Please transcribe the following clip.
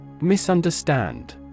Misunderstand